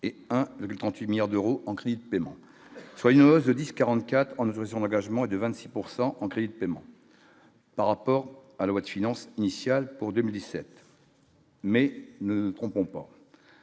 et un 38 milliards d'euros en crise de paiement, soit une hausse de 10 44 ans, Jauzion bagages, moins de 26 pourcent en crédit de paiement. Par rapport à la loi de finances initiale pour 2017. Mais ne nous trompons pas.